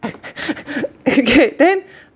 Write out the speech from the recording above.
okay then